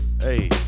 Hey